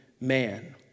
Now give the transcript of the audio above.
man